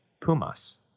Pumas